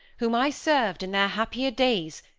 whom i served in their happier days,